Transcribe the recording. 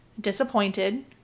disappointed